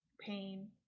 pain